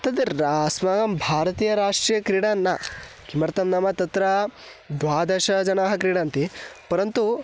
तत् रा अस्माकं भारतीय राष्ट्रीयक्रीडा न किमर्थं नाम तत्र द्वादशजनाः क्रीडन्ति परन्तु